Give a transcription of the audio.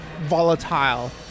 volatile